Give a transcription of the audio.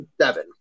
seven